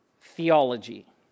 theology